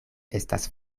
estas